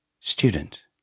Student